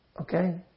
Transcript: Okay